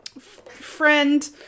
friend